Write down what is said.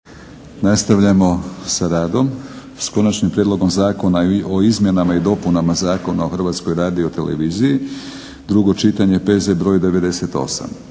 Nastavljamo sa radom. - Konačni prijedlog Zakona o izmjenama i dopunama Zakona o Hrvatskoj radioteleviziji, drugo čitanje, P.Z. br. 98;